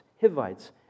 Hivites